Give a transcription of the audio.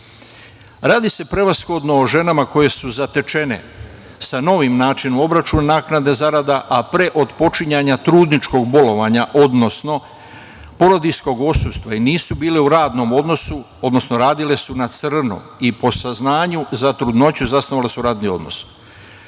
se prevashodno o ženama koje su zatečene sa novim načinom obračuna naknade zarada, a pre otpočinjanja trudničkog bolovanja, odnosno porodiljskog odsustva i nisu bile u radnom odnosu, odnosno radile su na crno i po saznanju za trudnoću zasnovale su radni odnos.